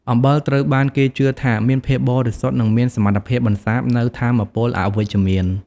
អំបិលត្រូវបានគេជឿថាមាន ភាពបរិសុទ្ធ និងមានសមត្ថភាពបន្សាបនូវថាមពលអវិជ្ជមាន។